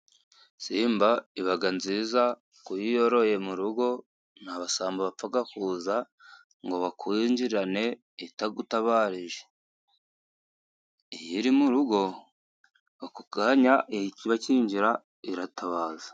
Simba iba nziza iyo uyoroye mu rugo nta basambo bapfa kuza ngo bakunjirane itagutabarije, iyo iri mu rugo ako kanya bakinjira iratabaza.